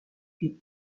puis